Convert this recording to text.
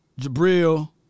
Jabril